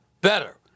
better